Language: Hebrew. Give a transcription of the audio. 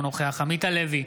אינו נוכח עמית הלוי,